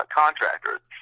contractors